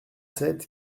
sept